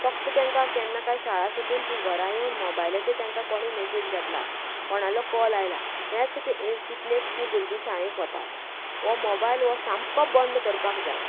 फक्त तेंकां केन्ना शाळा सुटून तीं घरा येवून मोबायलाचेर तांकां कोणी मेसेज घातल्या कोणालो कोल आयला हेच चिंतनेक ती भुरगीं शाळेंत वता हो मोबायल सामको बंद करपाक जाय